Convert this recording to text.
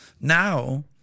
now